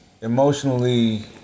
emotionally